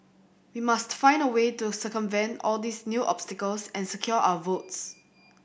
we must find a way to circumvent all these new obstacles and secure our votes